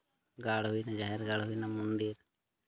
ᱜᱟᱲ ᱦᱩᱭᱱᱟ ᱡᱟᱦᱮᱨ ᱜᱟᱲ ᱦᱩᱭᱱᱟ ᱢᱚᱱᱫᱤᱨ